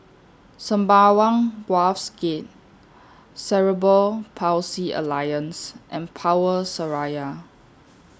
Sembawang Wharves Gate Cerebral Palsy Alliance and Power Seraya